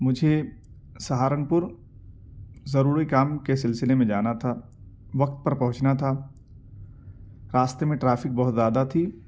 مجھے سہارنپور ضروری کام کے سلسلے میں جانا تھا وقت پر پہنچنا تھا راستے میں ٹرافیک بہت زیادہ تھی